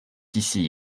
ici